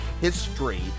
history